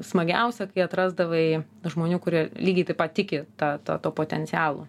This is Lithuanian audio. smagiausia kai atrasdavai žmonių kurie lygiai taip pat tiki ta tuo potencialu